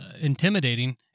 intimidating